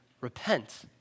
repent